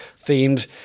themed